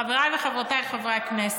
חבריי וחברותיי חברי הכנסת,